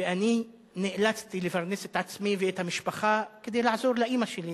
ואני נאלצתי לפרנס את עצמי ואת המשפחה כדי לעזור לאמא שלי.